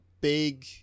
big